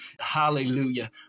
Hallelujah